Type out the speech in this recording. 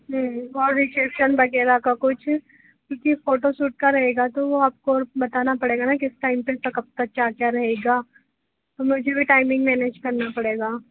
नहीं वगैरह का कुछ क्योंकि फोटोशूट का रहेगा तो वो आपको और बताना पड़ेगा न कि टाइम पर कब तक क्या क्या रहेगा तो मुझे भी टाइमिंग मेनेज करना पड़ेगा